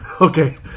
Okay